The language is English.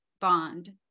bond